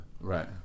Right